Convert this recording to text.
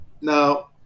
Now